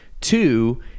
two